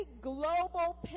global